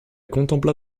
contempla